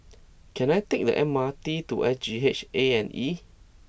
can I take the M R T to S G H A and E